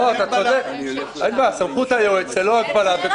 זאת אומרת שיש לכם 23 שנים, בהנחה שהיועץ מסכים.